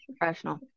professional